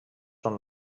són